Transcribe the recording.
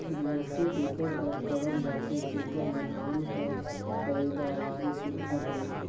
बियासी एकर बर करल जाथे जेकर ले धान कर पएदावारी सुग्घर होए